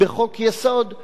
אני קורא לכם,